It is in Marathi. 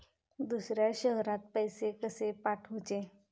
दुसऱ्या शहरात पैसे कसे पाठवूचे?